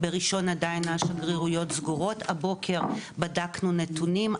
בראשון עדיין השגרירויות סגורות והבוקר בדקנו נתונים ,